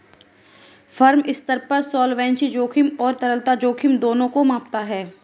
firm स्तर पर solvency जोखिम और तरलता जोखिम दोनों को मापता है